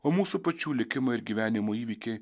o mūsų pačių likimai ir gyvenimo įvykiai